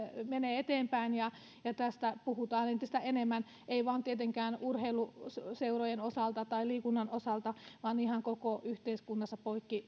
menee eteenpäin ja ja tästä puhutaan entistä enemmän ei vain tietenkään urheiluseurojen osalta tai liikunnan osalta vaan ihan koko yhteiskunnassa